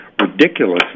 ridiculously